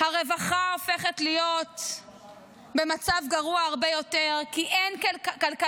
הרווחה הופכת להיות במצב גרוע הרבה יותר, כי כלכלה